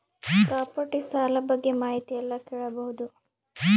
Property ಸಾಲ ಬಗ್ಗೆ ಮಾಹಿತಿ ಎಲ್ಲ ಕೇಳಬಹುದು?